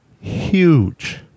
huge